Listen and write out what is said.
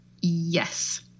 Yes